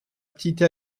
petite